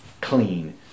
clean